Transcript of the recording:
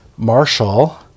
Marshall